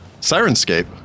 sirenscape